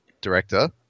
director